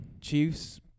Chiefs